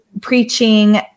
preaching